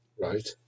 Right